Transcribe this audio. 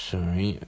Sorry